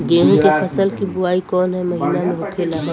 गेहूँ के फसल की बुवाई कौन हैं महीना में होखेला?